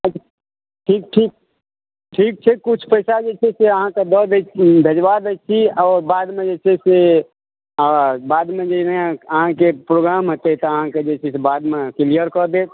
ठीक ठीक ठीक छै किछु पैसा जे छै से अहाँकेॅं दऽ दै छी भेजबा दै छी आओर बाद मे जे छै से अहाँ के प्रोग्राम हेतै तऽ अहाँ के बाद मे किलयर कऽ देब